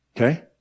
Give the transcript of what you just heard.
Okay